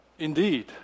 indeed